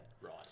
Right